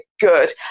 good